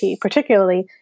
particularly